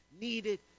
needed